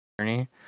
journey